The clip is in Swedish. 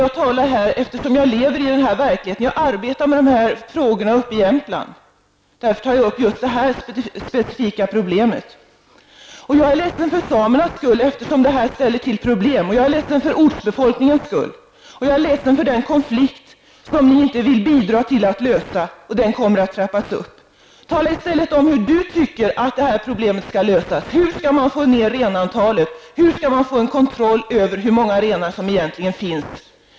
Jag talar här eftersom jag lever i den här verkligheten, och jag arbetar med dessa frågor uppe i Jämtland. Därför tar jag upp just det här specifika problemet. Jag är ledsen för samernas skull, eftersom det här ställer till problem. Jag är ledsen för ortsbefolkningens skull, och jag är ledsen för den konflikt som ni inte vill bidra till att lösa. Och den kommer att trappas upp. Jag ber Anders Castberger att tala om hur han tycker att det här problemet skall lösas. Hur skall man minska antalet renar? Hur skall man få en kontroll av hur många renar som egentligen finns?